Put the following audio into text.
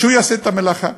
שהוא יעשה את המלאכה.